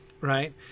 right